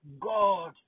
God